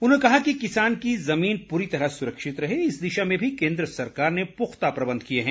उन्होंने कहा कि किसान की ज़मीन पूरी तरह सुरक्षित रहे इस दिशा में भी केन्द्र सरकार ने पुख्ता प्रबंध किए हैं